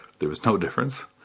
there was no difference.